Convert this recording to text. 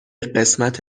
قسمت